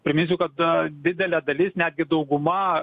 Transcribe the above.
priminsiu kad didelė dalis netgi dauguma